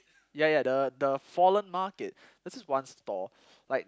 ya ya the the fallen market there was this one stall like